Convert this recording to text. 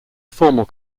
formal